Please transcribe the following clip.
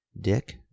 Dick